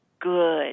good